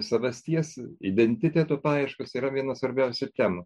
savasties identiteto paieškos yra viena svarbiausių temų